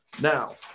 Now